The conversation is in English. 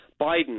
Biden